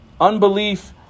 Unbelief